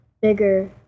bigger